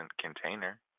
container